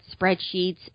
spreadsheets